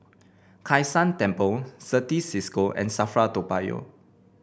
Kai San Temple Certis Cisco and Safra Toa Payoh